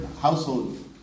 household